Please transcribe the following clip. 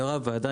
יו"ר הוועדה,